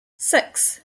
six